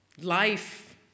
life